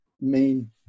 main